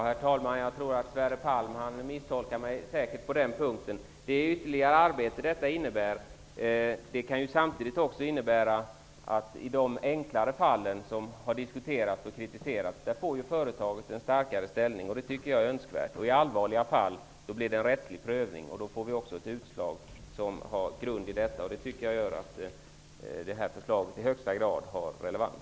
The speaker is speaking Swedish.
Herr talman! Jag tror att Sverre Palm misstolkar mig på den punkten. Det ytterligare arbete som detta innebär kan samtidigt medföra att företagen får en starkare ställning i de enklare fall som har diskuterats och kritiserats. Det tycker jag är önskvärt. I allvarligare fall blir det rättslig prövning, och då blir det ett utslag. Detta gör att det här förslaget i högsta grad har relevans.